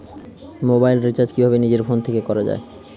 Mobile recharge কিভাবে নিজের phone থেকে করা য়ায়?